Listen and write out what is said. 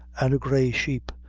and a grey sheep,